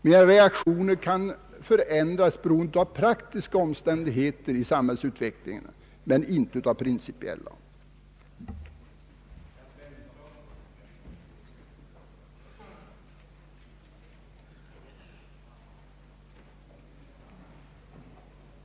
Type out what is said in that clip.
Mina reaktioner kan förändras beroende av praktiska omständigheter i samhällsutvecklingen men inte av principiella skäl.